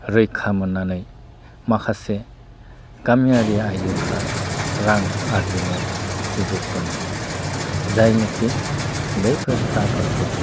रैखा मोननानै माखासे गामियारि आयजोफ्रा रां आरजिनायाव सुजुग मोनो जायनिखि बैफोर रांफोरखौ